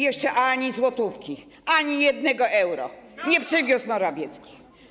Jeszcze ani złotówki, ani jednego euro nie przywiózł Morawiecki.